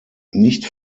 nicht